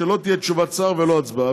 שלא תהיה תשובת שר ולא הצבעה,